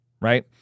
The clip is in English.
right